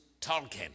Tolkien